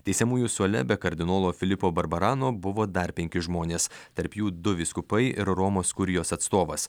teisiamųjų suole be kardinolo filipo barbarano buvo dar penki žmonės tarp jų du vyskupai ir romos kurijos atstovas